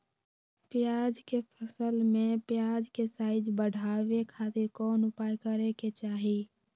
प्याज के फसल में प्याज के साइज बढ़ावे खातिर कौन उपाय करे के चाही?